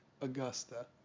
Augusta